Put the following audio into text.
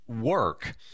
work